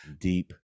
deep